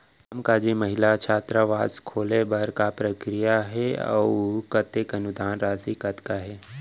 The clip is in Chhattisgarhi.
कामकाजी महिला छात्रावास खोले बर का प्रक्रिया ह अऊ कतेक अनुदान राशि कतका हे?